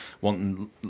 wanting